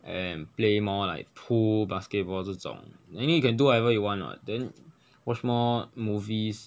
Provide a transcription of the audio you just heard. and play more like pool basketball 这种 anyway you can do whatever you want what then watch more movies